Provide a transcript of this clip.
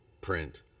print